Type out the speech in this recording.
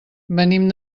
venim